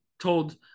told